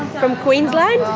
from queensland?